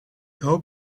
hoop